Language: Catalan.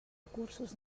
recursos